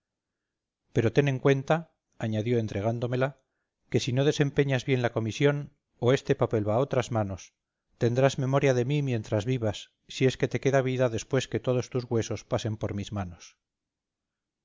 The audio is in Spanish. pero ten en cuenta añadió entregándomela que si no desempeñas bien la comisión o este papel va a otras manos tendrás memoria de mí mientras vivas si es que te queda vida después que todos tus huesos pasen por mis manos